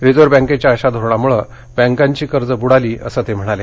reserve बँकेच्या अशा धोरणामुळे बँकांची कर्जं बुडाली असं ते म्हणाले